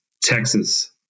Texas